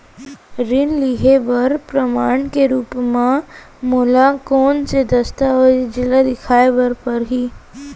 ऋण लिहे बर प्रमाण के रूप मा मोला कोन से दस्तावेज ला देखाय बर परही?